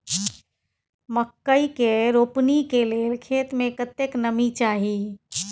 मकई के रोपनी के लेल खेत मे कतेक नमी चाही?